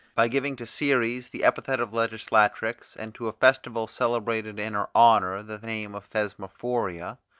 by giving to ceres the epithet of legislatrix, and to a festival celebrated in her honour the name of thesmorphoria,